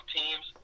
teams